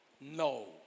no